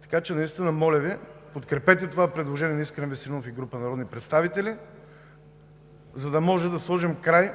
Така че наистина, моля Ви, подкрепете това предложение на Искрен Веселинов и група народни представители, за да може да сложим край